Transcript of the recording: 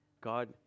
God